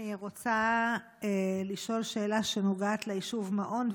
אני רוצה לשאול שאלה שנוגעת ליישוב מעון,